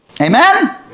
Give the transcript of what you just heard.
Amen